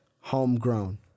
homegrown